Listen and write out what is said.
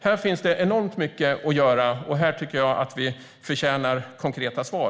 Här finns enormt mycket att göra, och här tycker jag att vi förtjänar konkreta svar.